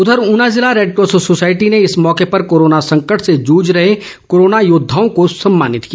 उधर ऊना जिला red cross society ने इस मौके पर कोरोना संकट से जुझ रहे कोरोना योद्वाओं को सम्मानित किया